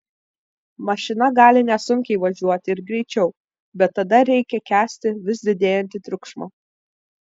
mašina gali nesunkiai važiuoti ir greičiau bet tada reikia kęsti vis didėjantį triukšmą